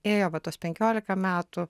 ėjo va tuos penkiolika metų